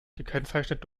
gekennzeichnet